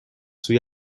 سوی